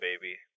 baby